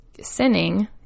sinning